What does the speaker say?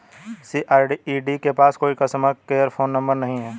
CRED के पास कोई कस्टमर केयर फोन नंबर नहीं है